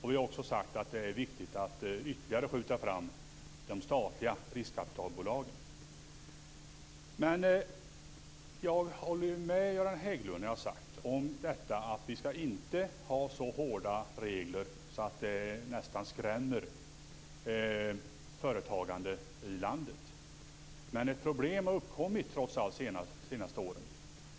Vi har också sagt att det är viktigt att ytterligare skjuta fram de statliga riskkapitalbolagen. Jag har sagt att jag håller med Göran Hägglund om att vi inte skall ha så hårda regler att det nästan skrämmer företagandet i landet. Men ett problem har trots allt uppkommit de senaste åren.